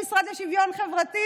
במשרד לשוויון חברתי?